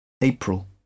april